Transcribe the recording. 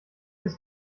des